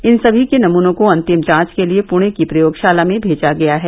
इन सभी के नमूनों को अंतिम जांच के लिए पुणे की प्रयोगशाला भेजा गया है